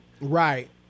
Right